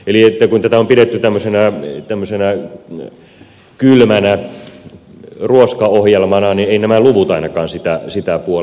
eli kun tätä on pidetty tämmöisenä kylmänä ruoskaohjelmana niin eivät ainakaan nämä luvut sitä puolla